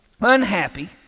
unhappy